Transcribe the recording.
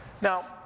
Now